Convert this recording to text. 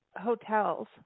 hotels